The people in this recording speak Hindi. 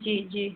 जी जी